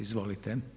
Izvolite.